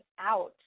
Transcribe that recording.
out